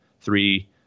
three